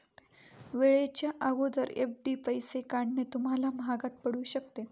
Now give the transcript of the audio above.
वेळेच्या अगोदर एफ.डी पैसे काढणे तुम्हाला महागात पडू शकते